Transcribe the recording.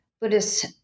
Buddhist